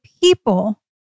people